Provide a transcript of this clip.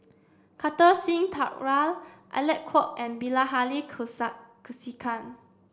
Kartar Singh Thakral Alec Kuok and Bilahari Kausikan